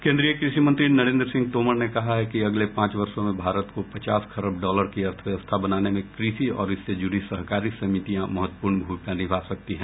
केन्द्रीय कृषि मंत्री नरेन्द्र सिंह तोमर ने कहा है कि अगले पांच वर्षो में भारत को पचास खरब डॉलर की अर्थव्यवस्था बनाने में कृषि और इससे जुड़ी सहकारी समितियां महत्वपूर्ण भूमिका निभा सकती हैं